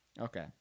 Okay